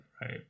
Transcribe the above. Right